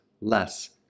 less